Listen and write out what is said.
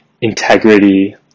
integrity